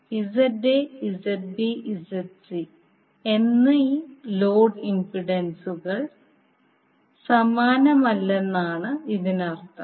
ZA ZB ZC എന്നീ load ഇംപെൻഡൻസുകൾ സമാനമല്ലെന്നാണ് ഇതിനർത്ഥം